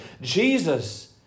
Jesus